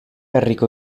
herriko